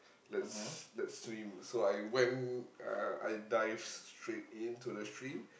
let's let's swim so I went uh I dived straight in to the stream